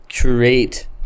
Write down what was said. create